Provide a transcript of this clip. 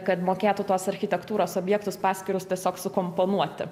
kad mokėtų tuos architektūros objektus paskirus tiesiog sukomponuoti